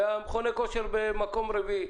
ומכוני הכושר במקום הרביעי.